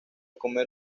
comer